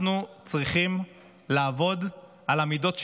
אנחנו צריכים לעבוד על המידות שלנו.